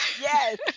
Yes